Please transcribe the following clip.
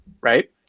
right